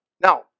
Now